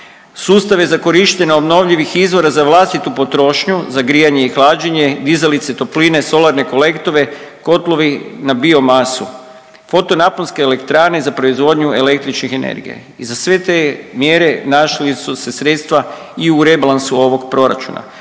Sustave za korištenje obnovljivih izvora za vlastitu potrošnju, za grijanje i hlađenje, dizalice topline, solarne kolektore, kotlovi na biomasu, fotonaponske elektrane za proizvodnju električnih energije. I za sve te mjere našli su se sredstva i u rebalansu ovog proračuna.